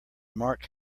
mark